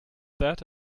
that